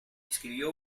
escribió